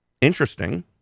interesting